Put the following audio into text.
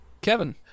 Kevin